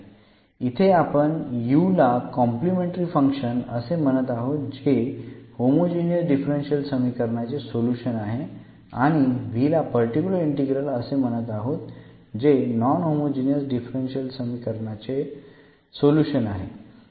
इथे आपण u ला कॉम्प्लिमेंटरी फंक्शन्स असे म्हणत आहोत जे होमोजिनियस डिफरन्शियल समीकरणाचे सोल्युशन आहे आणि v ला पर्टिक्युलर इंटीग्रल असे म्हणत आहोत जे नॉन होमोजिनियस डिफरन्शियल समीकरणाचे सोल्युशन आहे